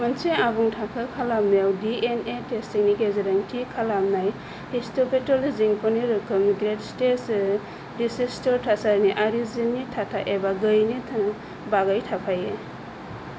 मोनसे आबुं थाखो खालामनायाव डी एन ए टेस्टिंनि गेजेरजों थि खालामनाय हिस्टपैथल' जिकल रोखोम ग्रेड स्तेज रिसेप्टर थासारि आरि जीननि थाथा एबा गैयैनि बागै थाफायो